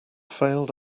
failed